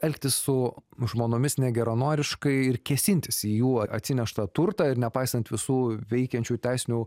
elgtis su žmonomis negeranoriškai ir kėsintis į jų atsineštą turtą ir nepaisant visų veikiančių teisinių